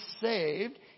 saved